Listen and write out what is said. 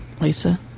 Lisa